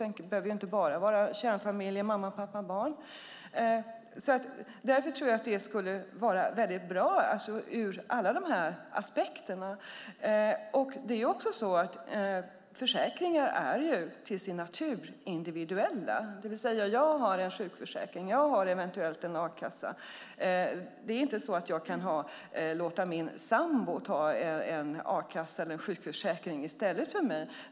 Det behöver inte vara bara kärnfamiljer med mamma, pappa, barn. Därför skulle det vara väldigt bra ur alla dessa aspekter. Försäkringar är till sin natur individuella, det vill säga att jag har en sjukförsäkring och jag har eventuellt en a-kassa. Jag kan inte låta min sambo ta en sjukförsäkring eller en a-kassa i stället för mig.